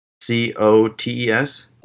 C-O-T-E-S